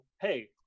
Hey